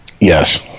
Yes